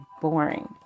boring